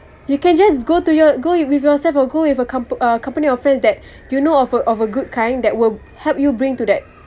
you can just go to your go with yourself or go with a comp~ uh company of friends that you know of of a good kind that will help you bring to that